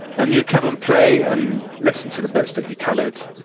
and you come and play and listen to the bits that you coloured,